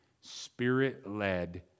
spirit-led